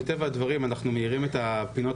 מטבע הדברים אנחנו מאירים את הפינות